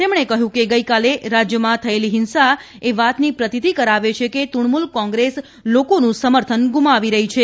તેમણે કહ્યું કે ગઇકાલે રાજ્યમાં થયેલી હિંસા એ વાતની પ્રતિતિ કરાવે છે કે તૃજ્ઞમૂલ કોંત્રેસ લોકોનું સમર્થન ગુમાવી રહી છે